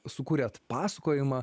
sukūrėt pasakojimą